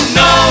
no